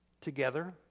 together